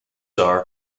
are